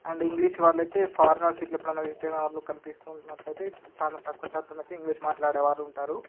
and English వాళ్ళైతే foreigners ఇట్లా ఎప్పుడైనా విజిట్ అయినవాళ్ళు కనిపిస్తున్నట్లయితే చానా తక్కువ శాతమైతే ఇంగ్లీష్ మాట్లేడేవారు ఉంటారు